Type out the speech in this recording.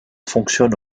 fonctionne